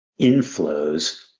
inflows